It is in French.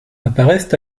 apparaissent